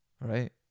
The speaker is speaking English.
right